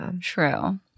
True